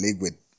liquid